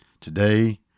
Today